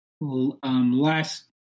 last